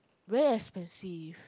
very expensive